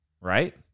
right